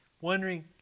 wondering